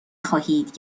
خواهید